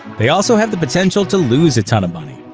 they also have the potential to lose a ton of money.